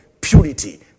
purity